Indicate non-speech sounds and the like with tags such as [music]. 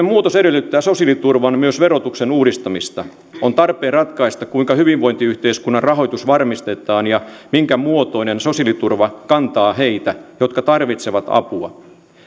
[unintelligible] muutos edellyttää sosiaaliturvan ja myös verotuksen uudistamista on tarpeen ratkaista kuinka hyvinvointiyhteiskunnan rahoitus varmistetaan ja minkä muotoinen sosiaaliturva kantaa heitä jotka tarvitsevat apua